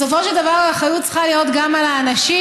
בסופו של דבר האחריות צריכה להיות גם על האנשים.